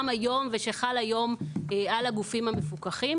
היום ושחל היום על הגופים המפוקחים.